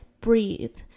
breathe